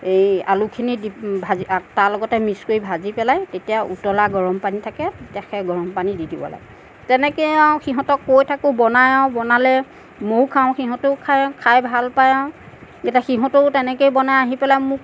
এই আলুখিনি দি ভাজি তাৰ লগতে মিক্স কৰি ভাজি পেলাই তেতিয়া উতলা গৰম পানী থাকে তেতিয়া সেই গৰম পানী দি দিব লাগে তেনেকে আৰু সিহঁতক কৈ থাকো বনাই আৰু বনালে মইও খাওঁ সিহঁতেও খাই খাই ভাল পায় আৰু এতিয়া সিহঁতেও তেনেকে বনাই আহি পেলাই মোক